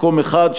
מקום אחד,